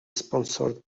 sponsored